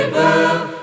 River